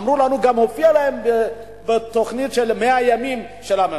אמרו לנו: גם הופיע להם בתוכנית 100 הימים של הממשלה.